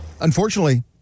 Unfortunately